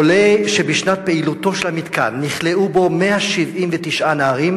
עולה שבשנת פעילותו של המתקן נכלאו בו 179 נערים,